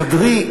בחדרי,